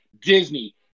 Disney